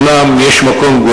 אומנם יש מקום,